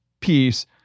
Peace